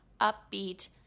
upbeat